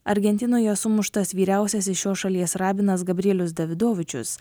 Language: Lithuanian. argentinoje sumuštas vyriausiasis šios šalies rabinas gabrielius davidovičius